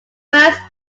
first